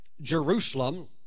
Jerusalem